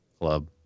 club